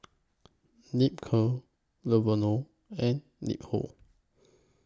Ripcurl and LiHo